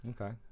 Okay